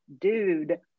dude